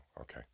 Okay